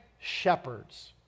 shepherds